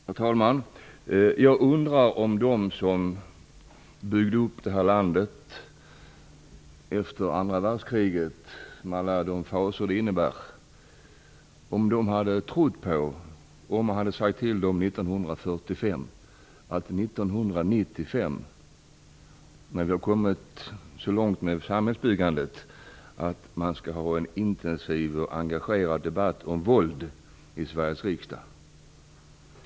Herr talman! Jag undrar om de som byggde upp detta land efter andra världskriget, med alla de fasor det innebar, hade trott på att man 1995, när vi har kommit så långt med samhällsbyggandet, skulle ha en intensiv och engagerad debatt om våld i Sveriges riksdag om man hade sagt det till dem 1945.